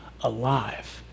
alive